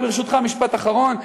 ברשותך, משפט אחרון.